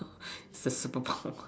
it's a superpower